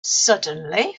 suddenly